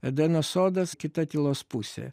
edeno sodas kita tylos pusė